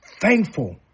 thankful